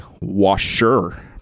washer